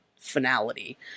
finality